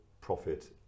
profit